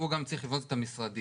הוא גם צריך לבנות את המשרדים,